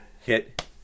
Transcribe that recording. hit